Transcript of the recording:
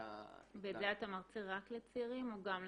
את ה- - בזה אתה מרצה רק לצעירים או גם למבוגרים?